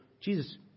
Jesus